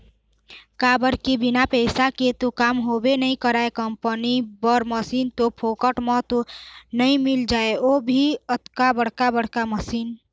काबर के बिना पइसा के तो काम होबे नइ करय कंपनी बर मसीन तो फोकट म तो नइ मिल जाय ओ भी अतका बड़का बड़का मशीन